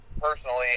personally